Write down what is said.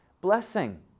blessing